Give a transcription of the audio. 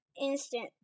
instant